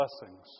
blessings